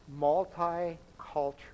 multicultural